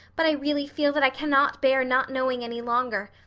but i really feel that i cannot bear not knowing any longer.